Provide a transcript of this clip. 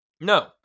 No